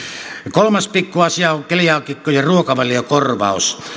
kolmas pikku asia on keliaakikkojen ruokavaliokorvaus